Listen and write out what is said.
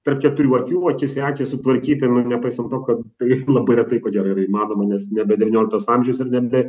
tarp keturių akių akis į akį sutvarkyt ir nepaisant to kad tai labai retai ko gero yra įmanoma nes nebe devynioliktas amžiaus ir nebe